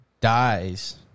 dies